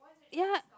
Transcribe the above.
ya